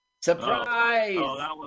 Surprise